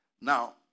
Now